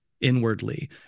inwardly